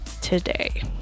today